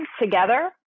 together